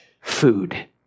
food